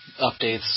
updates